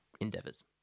endeavors